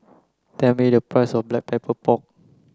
tell me the price of black pepper pork